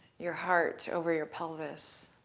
your heart over your pelvis.